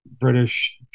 british